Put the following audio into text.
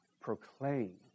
proclaim